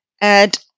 add